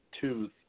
two